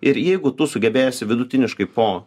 ir jeigu tu sugebėsi vidutiniškai po